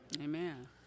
Amen